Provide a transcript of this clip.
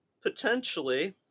Potentially